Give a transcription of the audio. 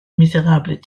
misérables